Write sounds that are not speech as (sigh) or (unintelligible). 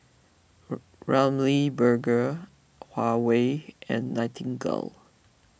(unintelligible) Ramly Burger Huawei and Nightingale